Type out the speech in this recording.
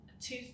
two